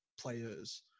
players